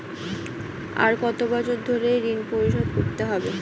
আর কত বছর ধরে ঋণ পরিশোধ করতে হবে?